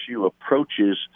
approaches